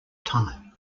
time